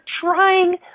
trying